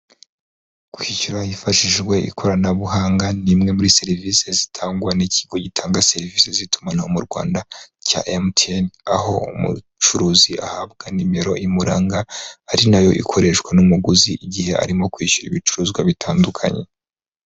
Kwishyura hifashishijwe ikoranabuhanga ni imwe muri serivisi zitangwa n'ikigo gitanga serivisi z'itumanaho mu Rwanda cya mtn, aho umucuruzi ahabwa nimero imuranga ari nayo ikoreshwa n'umuguzi igihe arimo kwishyura ibicuruzwa bitandukanye.